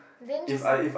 then just